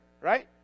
right